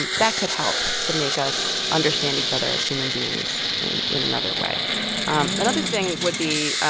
um that could help to make us understand each other as human beings in in another way um another thing would be,